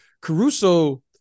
Caruso